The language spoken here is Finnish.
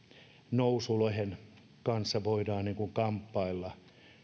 nousulohen kanssa voidaan kamppailla